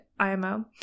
IMO